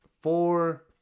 Four